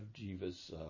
Jiva's